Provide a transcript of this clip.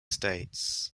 states